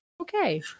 Okay